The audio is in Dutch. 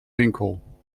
winkel